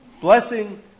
blessing